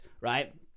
right